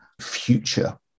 future